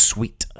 Sweet